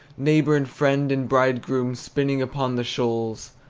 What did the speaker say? neighbor and friend and bridegroom, spinning upon the shoals!